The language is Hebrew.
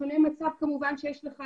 שונה מצב כמובן כשיש לך